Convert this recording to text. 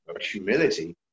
Humility